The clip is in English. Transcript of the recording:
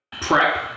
prep